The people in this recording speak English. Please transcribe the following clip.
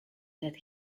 that